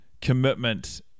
commitment